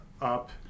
up